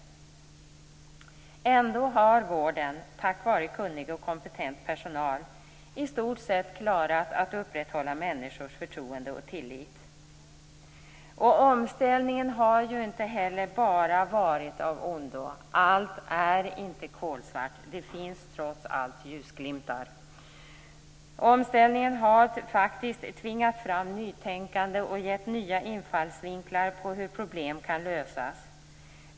Ändå har vården, tack vare kunnig och kompetent personal, i stort sett klarat att upprätthålla människors förtroende och tillit. Omställningen har inte heller bara varit av ondo. Allt är inte kolsvart. Det finns trots allt ljusglimtar. Omställningen har tvingat fram nytänkande och gett nya infallsvinklar på hur problem kan lösas.